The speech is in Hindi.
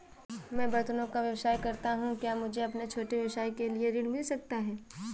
मैं बर्तनों का व्यवसाय करता हूँ क्या मुझे अपने छोटे व्यवसाय के लिए ऋण मिल सकता है?